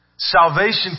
Salvation